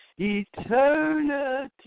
eternity